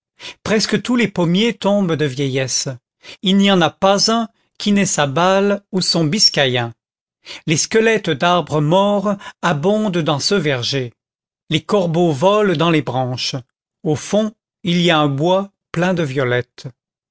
presque tous les pommiers tombent de vieillesse il n'y en a pas un qui n'ait sa balle ou son biscaïen les squelettes d'arbres morts abondent dans ce verger les corbeaux volent dans les branches au fond il y a un bois plein de violettes